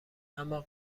اما